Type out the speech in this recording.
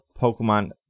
Pokemon